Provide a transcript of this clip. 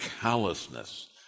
callousness